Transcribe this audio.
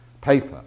paper